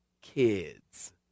kids